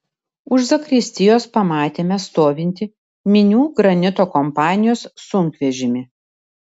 už zakristijos pamatėme stovintį minių granito kompanijos sunkvežimį